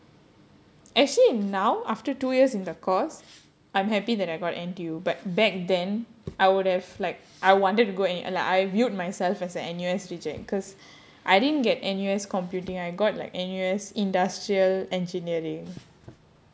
actually now after two years in the course I'm happy that I got N_T_U but back then I would have like I wanted to go n~ like I viewed myself as a N_U_S reject because I didn't get N_U_S computing I got like N_U_S industrial engineering